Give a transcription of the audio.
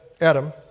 Adam